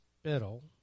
spittle